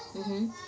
mmhmm